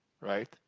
right